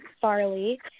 Farley